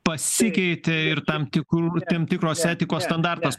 pasikeitė ir tam tikrų tem tikros etikos standartas